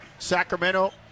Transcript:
sacramento